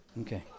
Okay